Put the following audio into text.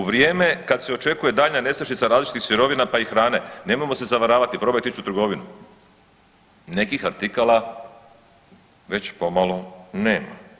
U vrijeme kad se očekuje daljnja nestašica različitih sirovina pa i hrane, nemojmo se zavaravati probajte ići u trgovinu, nekih artikala već pomalo nema.